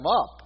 up